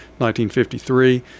1953